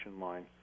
line